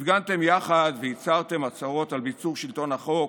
הפגנתם יחד והצהרתם הצהרות על ביצור שלטון החוק,